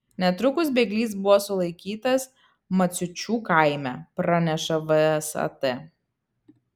netrukus bėglys buvo sulaikytas maciučių kaime praneša vsat